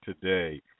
today